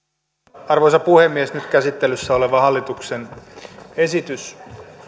arvoisa puhemies nyt käsittelyssä oleva hallituksen esitys